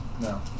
No